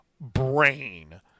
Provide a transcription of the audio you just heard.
brain